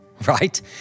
right